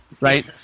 right